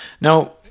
Now